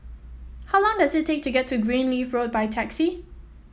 how long does it take to get to Greenleaf Road by taxi